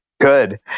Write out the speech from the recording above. Good